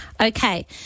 Okay